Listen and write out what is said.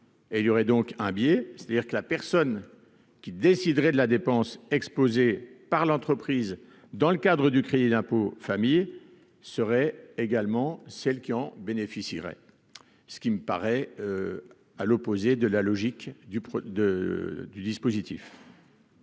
il y aurait donc un biais, c'est-à-dire que la personne qui déciderait de la dépense exploser par l'entreprise dans le cadre du crédit d'impôt famille seraient également celle qui en bénéficieraient, ce qui me paraît, à l'opposé de la logique du de du dispositif.